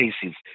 cases